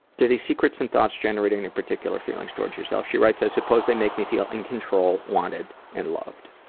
do these secrets and thoughts generate any particular feelings toward yourself? she writes, i suppose they make me feel in control, wanted and loved.